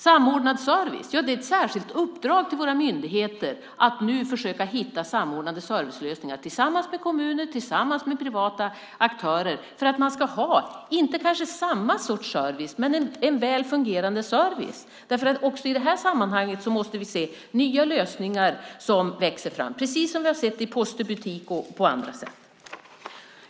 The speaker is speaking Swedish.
Samordnad service: Det är ett särskilt uppdrag till våra myndigheter att nu försöka hitta samordnade servicelösningar tillsammans med kommuner och med privata aktörer, för att man ska ha kanske inte samma sorts service men en väl fungerande service. Också i detta sammanhang måste vi se nya lösningar som växer fram, precis som vi har sett i post och butik och på andra sätt.